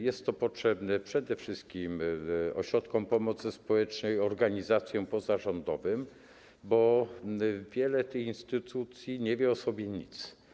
Jest to potrzebne przede wszystkim ośrodkom pomocy społecznej, organizacjom pozarządowym, bo wiele tych instytucji nie wie o sobie nic.